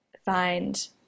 find